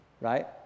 right